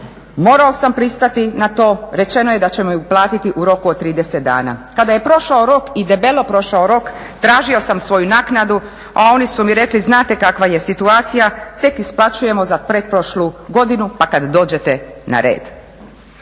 morao sam pristati na to, rečeno je da će mi uplatiti u roku od 30 dana. Kada je prošao rok i debelo prošao rok tražio sam svoju naknadu, a oni su mi rekli znate kakva je situacija tek isplaćujemo za pretprošlu godinu pa kad dođete na red."